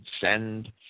send